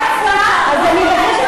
אני מבקשת